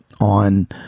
on